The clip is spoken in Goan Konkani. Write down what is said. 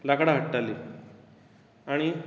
लांकडां हाडटाली आनी